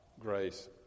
grace